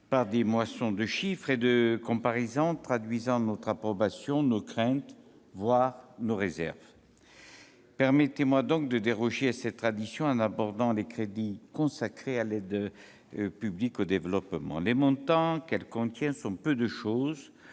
par des moissons de chiffres et de comparaisons traduisant notre approbation, nos craintes ou nos réserves. Permettez-moi de déroger à cette tradition en abordant les crédits consacrés à l'aide publique au développement. Les montants de ces crédits sont peu de choses